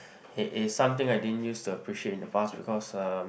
it is something I didn't used to appreciate in the past because um